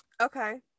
Okay